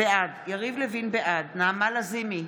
בעד נעמה לזמי,